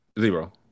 zero